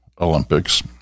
Olympics